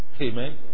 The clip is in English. Amen